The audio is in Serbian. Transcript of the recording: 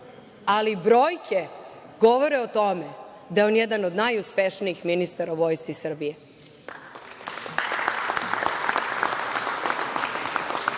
ali brojke govore o tome da je on jedan od najuspešnijih ministara u Vojsci Srbije. Samo